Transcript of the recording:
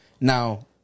now